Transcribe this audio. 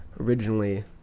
originally